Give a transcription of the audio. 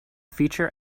feature